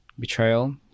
Betrayal